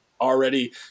already